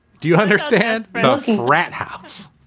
do you understand? fucking rat house,